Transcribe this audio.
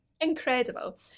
Incredible